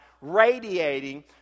radiating